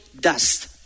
dust